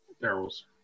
barrels